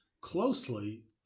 closely